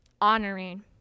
honoring